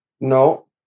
No